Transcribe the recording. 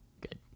Good